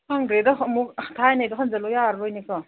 ꯈꯪꯗ꯭ꯔꯦꯗ ꯑꯃꯨꯛ ꯊꯥꯏꯅꯩꯗꯣ ꯍꯟꯖꯜꯂꯣ ꯌꯥꯔꯔꯣꯏꯅꯦ ꯀꯣ